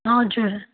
हजुर